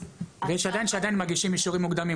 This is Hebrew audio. ויש שעדיין מגישים אישורים מוקדמים.